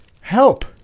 Help